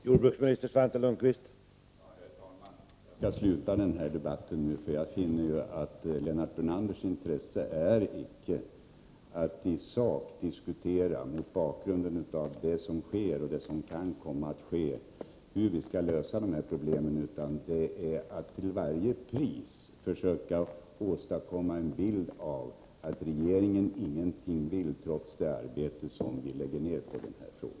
Herr talman! Jag skall sluta denna debatt nu, eftersom jag finner att Lennart Brunanders intresse icke är att i sak diskutera, mot bakgrund av det som sker och det som kan komma att ske, hur vi skall lösa dessa problem, utan det är att till varje pris försöka åstadkomma en bild av att regeringen ingenting vill, trots det arbete som vi lägger ner på denna fråga.